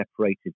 separated